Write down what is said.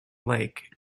lake